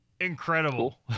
incredible